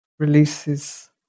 releases